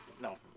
no